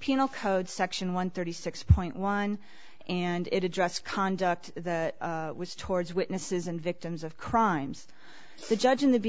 penal code section one thirty six point one and it address conduct was towards witnesses and victims of crimes the judge in the v